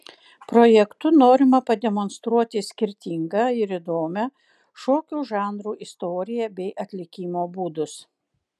projektu norima pademonstruoti skirtingą ir įdomią šokių žanrų istoriją bei atlikimo būdus